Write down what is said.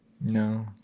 No